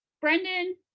Brendan